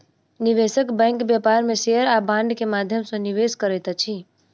निवेशक बैंक व्यापार में शेयर आ बांड के माध्यम सॅ निवेश करैत अछि